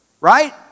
right